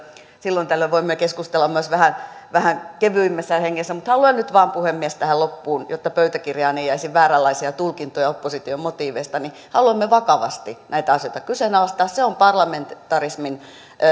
silloin tällöin voimme keskustella myös vähän vähän kevyemmässä hengessä mutta haluan nyt vain sanoa puhemies tähän loppuun jotta pöytäkirjaan ei jäisi vääränlaisia tulkintoja opposition motiiveista että haluamme vakavasti näitä asioita kyseenalaistaa se on parlamentarismin